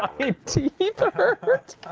ah teeth ah hurt.